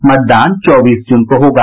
मतदान चौबीस जून को होगा